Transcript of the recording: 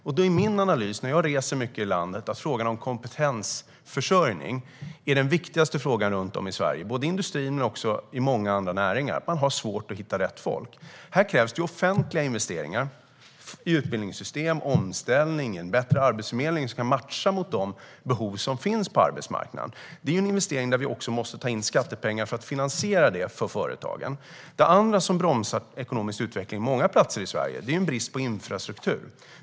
Jag reser mycket i landet, och min analys är att frågan om kompetensförsörjning är den viktigaste frågan runt om i Sverige både i industrin och i många andra näringar. Man har svårt att hitta rätt folk. Här krävs offentliga investeringar i utbildningssystem, omställning och en bättre arbetsförmedling som kan matcha de behov som finns på arbetsmarknaden. Det är en investering där vi måste ta in skattepengar för att finansiera för företagen. Det andra som bromsar ekonomisk utveckling på många platser i Sverige är brist på infrastruktur.